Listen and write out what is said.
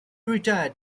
retired